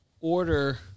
order